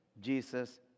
Jesus